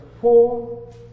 four